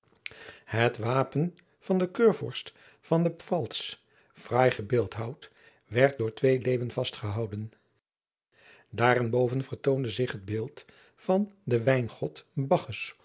et wapen van den eurvorst van de altz fraai gebeeldhouwd werd door twee leeuwen vastgehouden aarenboven vertoonde zich het beeld van den wijngod